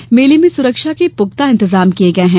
र्मेले में सुरक्षा के पुख्ता इंतजाम किये गये हैं